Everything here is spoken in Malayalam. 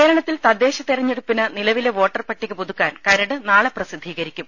കേരളത്തിൽ തദ്ദേശതെരഞ്ഞെടുപ്പിന് നിലവിലെ വോട്ടർ പട്ടിക പുതുക്കാൻ കരട് നാളെ പ്രസിദ്ധീകരിക്കും